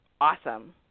awesome